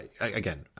Again